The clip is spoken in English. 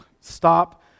stop